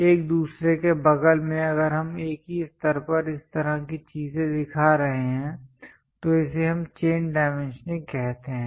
एक दूसरे के बगल में अगर हम एक ही स्तर पर इस तरह की चीजें दिखा रहे हैं तो इसे हम चेन डाइमेंशनिंग कहते हैं